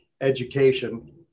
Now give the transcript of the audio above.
education